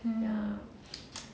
ya